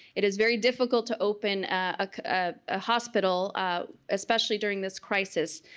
it is very difficult to open a ah hospital especially during this crisis.